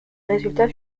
résultats